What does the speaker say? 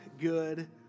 good